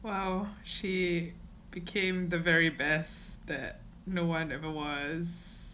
!wow! she became the very best that no one ever was